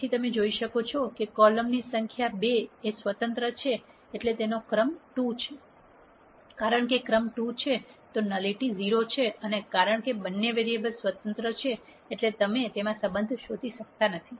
તેથી તમે જોઈ શકો છો કે કોલમ ની સંખ્યા 2 એ સ્વતંત્ર છે એટલે તેનો ક્રમ 2 છે કારણ કે ક્રમ 2 છે ન્યુલીટી 0 છે અને કારણ કે બંને વેરીએબલ્સ સ્વતંત્ર છે એટલે તમે તેમાં સંબંધ શોધી શકતા નથી